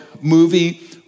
movie